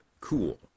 cool